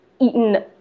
eaten